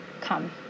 come